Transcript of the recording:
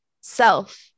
self